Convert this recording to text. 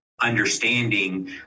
understanding